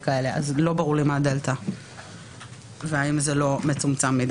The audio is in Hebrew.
לא ברור לי מה הדלתא כאן בין הסעיפים.